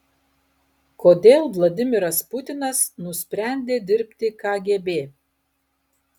kodėl vladimiras putinas nusprendė dirbti kgb